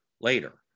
later